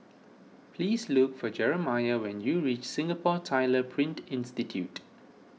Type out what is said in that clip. please look for Jerimiah when you reach Singapore Tyler Print Institute